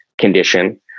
condition